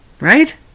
right